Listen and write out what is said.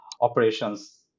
operations